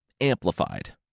amplified